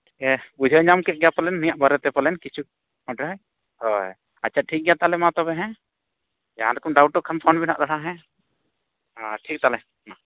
ᱦᱮᱸ ᱵᱩᱡᱷᱟᱹᱣ ᱧᱟᱢ ᱠᱮᱫ ᱜᱮᱭᱟᱢ ᱯᱟᱞᱮᱱ ᱱᱩᱭᱟᱜ ᱵᱟᱨᱮᱛᱮ ᱯᱟᱞᱮᱱ ᱠᱤᱪᱷᱩ ᱦᱳᱭ ᱟᱪᱪᱷᱟ ᱴᱷᱤᱠ ᱜᱮᱭᱟ ᱛᱟᱦᱚᱞᱮ ᱢᱟ ᱛᱚᱵᱮ ᱦᱮᱸ ᱡᱟᱦᱟᱸ ᱞᱮᱠᱟᱢ ᱰᱟᱣᱩᱴᱚᱜ ᱠᱷᱟᱱ ᱯᱷᱳᱱ ᱢᱮ ᱦᱟᱸᱜ ᱫᱚᱦᱲᱟ ᱦᱮᱸ ᱟᱨ ᱴᱷᱤᱠ ᱛᱟᱦᱚᱞᱮ ᱢᱟ